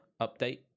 update